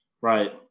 right